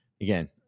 again